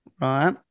right